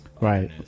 Right